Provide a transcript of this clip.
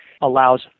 allows